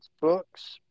books